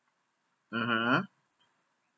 mmhmm